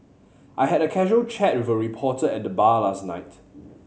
I had a casual chat with a reporter at the bar last night